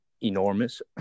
enormous